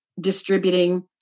distributing